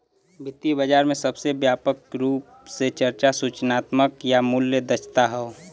वित्तीय बाजार में सबसे व्यापक रूप से चर्चा सूचनात्मक या मूल्य दक्षता हौ